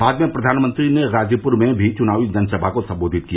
बाद में प्रधानमंत्री ने गाजीप्र में भी चुनावी जनसभा को संबोधित किया